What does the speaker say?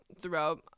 throughout